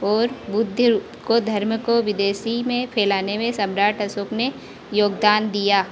और बुद्ध रूप को धर्म को विदेश में फ़ैलाने में सम्राट अशोक ने योगदान दिया